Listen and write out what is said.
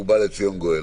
ובא לציון גואל.